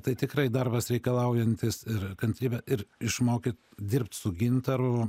tai tikrai darbas reikalaujantis ir kantrybė ir išmokyt dirbt su gintaru